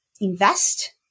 invest